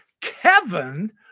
Kevin